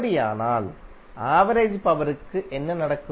அப்படியானால் average power க்கு என்ன நடக்கும்